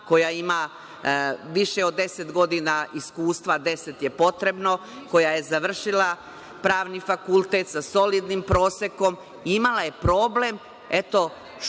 koja ima više od 10 godina iskustva, 10 je potrebno, koja je završila Pravni fakultet sa solidnim prosekom, imala je problem, eto, godine.